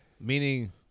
meaning